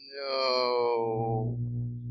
No